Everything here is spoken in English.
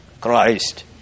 Christ